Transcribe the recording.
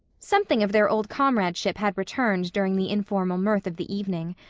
something of their old comradeship had returned during the informal mirth of the evening.